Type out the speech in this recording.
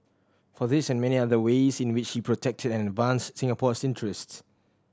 for this and many other ways in which he protected and advanced Singapore's interest